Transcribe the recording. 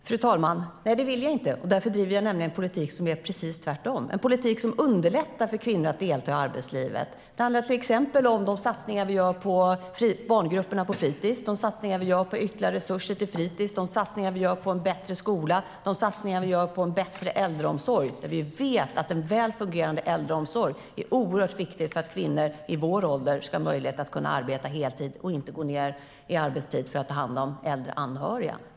Fru talman! Det vill jag inte, och därför driver jag en politik som innebär precis det motsatta, en politik som underlättar för kvinnor att delta i arbetslivet. Det handlar till exempel om de satsningar vi gör på barngrupperna och om ytterligare resurser till fritis. Det handlar om de satsningar vi gör på en bättre skola och en bättre äldreomsorg. Vi vet att en väl fungerande äldreomsorg är oerhört viktig för att kvinnor i vår ålder ska ha möjlighet att arbeta heltid, inte behöva gå ned i arbetstid för att ta hand om äldre anhöriga.